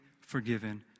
forgiven